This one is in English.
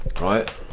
Right